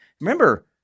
remember